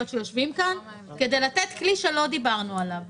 שיושבים כאן כדי לתת כלי שלא דיברנו עליו.